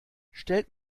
stellt